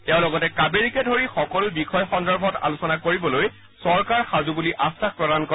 তেওঁ লগতে কাবেৰীকে ধৰি সকলো বিষয় সন্দৰ্ভত আলোচনা কৰিবলৈ চৰকাৰ সাজু বুলি আশ্বাস প্ৰদান কৰে